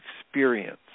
experience